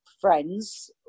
friends